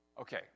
Okay